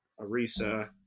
Arisa